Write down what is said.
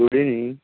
धूरी न्ही